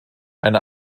eine